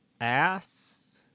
Ass